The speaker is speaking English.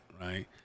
right